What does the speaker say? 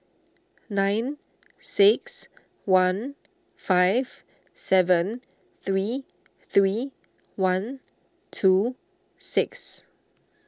nine six one five seven three three one two six